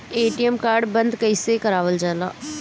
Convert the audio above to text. ATM card बन्द कईसे करावल जाला?